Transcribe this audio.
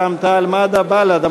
רע"ם-תע"ל-מד"ע ובל"ד.